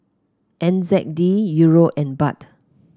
N Z D Euro and Baht